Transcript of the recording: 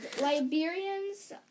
Liberians